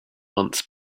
months